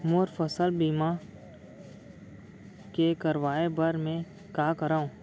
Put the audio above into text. मोर फसल के बीमा करवाये बर में का करंव?